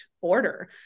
order